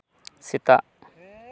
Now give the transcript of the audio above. ᱥᱮᱛᱟᱜ